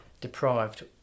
deprived